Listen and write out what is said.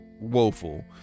woeful